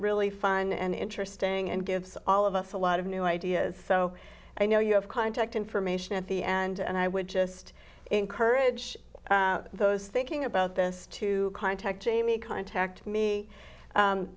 really fun and interesting and gives all of us a lot of new ideas so i know you have contact information at the end and i would just encourage those thinking about this to contact jamie contact me